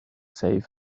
save